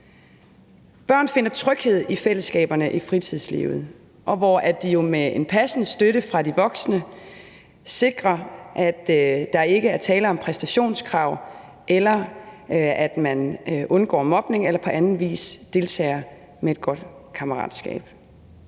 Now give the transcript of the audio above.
Børn finder tryghed i fællesskaberne i fritidslivet, hvor de jo med passende støtte fra de voksne sikrer, at der ikke er tale om præstationskrav, og at man undgår mobning og på anden vis deltager med et godt kammeratskab.